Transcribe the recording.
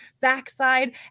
backside